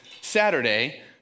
Saturday